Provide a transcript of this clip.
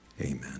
amen